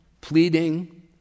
pleading